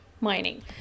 Mining